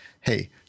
hey